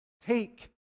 take